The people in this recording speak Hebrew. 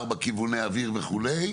ארבע כיווני אוויר וכולי,